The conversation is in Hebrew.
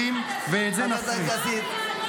זה יכול להיות במסגרת קרן,